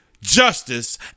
justice